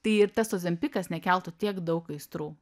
tai ir tas ozempikas nekeltų tiek daug aistrų